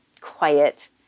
quiet